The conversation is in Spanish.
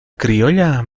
criolla